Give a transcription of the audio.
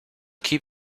keep